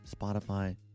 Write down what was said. Spotify